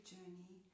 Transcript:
Journey